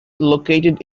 located